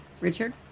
Richard